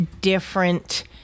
different